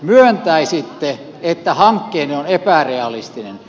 myöntäisitte että hankkeenne on epärealistinen